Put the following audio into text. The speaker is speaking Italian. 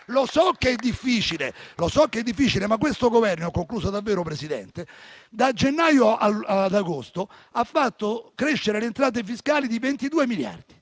So che è difficile, ma questo Governo - e ho concluso davvero, signor Presidente - da gennaio ad agosto ha fatto crescere le entrate fiscali di 22 miliardi